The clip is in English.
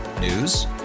News